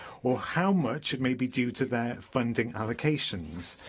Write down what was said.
or how much may be due to their funding allocations.